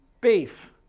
beef